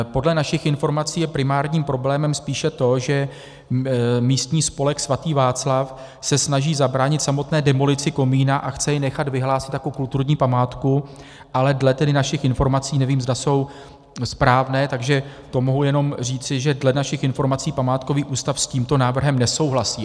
Podle našich informací je primárním problémem spíše to, že místní spolek Svatý Václav se snaží zabránit samotné demolici komína a chce jej nechat vyhlásit jako kulturní památku, ale dle tedy našich informací nevím, zda jsou správné, takže mohu jenom říci, že dle našich informací památkový ústav s tímto návrhem nesouhlasí.